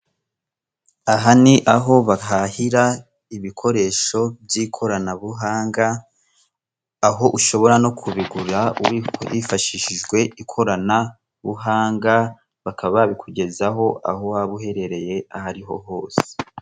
Aha ni aho bahahira ibikoresho by'ikoranabuhanga, aho ushobora no kubigura hifashishijwe ikoranabuhanga, bakaba babikugezaho aho waba uherereye aho ari ho hose.